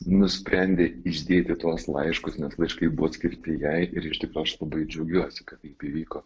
nusprendė išdėti tuos laiškus nes laiškai buvo skirti jai ir iš tikro aš labai džiaugiuosi kad taip įvyko